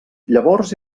llavors